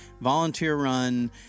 volunteer-run